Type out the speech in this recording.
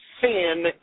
sin